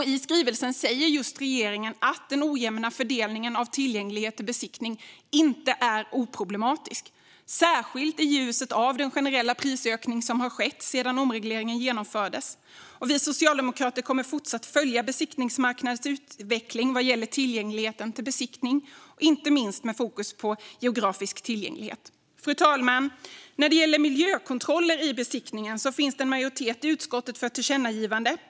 I skrivelsen säger regeringen att den ojämna fördelningen av tillgänglighet till besiktning inte är oproblematisk, särskilt i ljuset av den generella prisökning som har skett sedan omregleringen genomfördes. Vi socialdemokrater kommer fortsatt att följa besiktningsmarknadens utveckling vad gäller tillgängligheten till besiktning, inte minst med fokus på geografisk tillgänglighet. Fru talman! När det gäller miljökontroller i besiktningen finns det majoritet i utskottet för ett tillkännagivande.